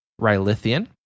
Rylithian